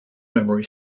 memory